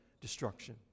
destruction